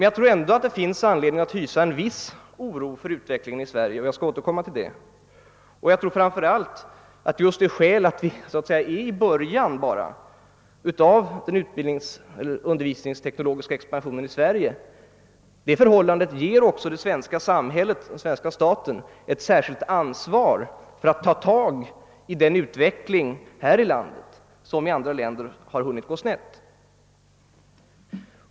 Jag tror ändå att det finns anledning att hysa en viss oro för utvecklingen i Sverige — jag skall återkomma till det. Men framför allt — genom att vi bara är i början av den undervisningsteknologiska expansionen i Sverige — så har det svenska samhället och staten ett särskilt ansvar för att ta tag i och styra utvecklingen här i landet, som i andra länder redan har hunnit gå snett.